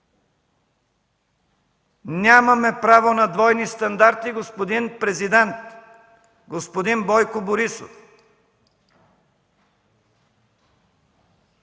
Нямаме право на двойни стандарти, господин Президент, господин Бойко Борисов!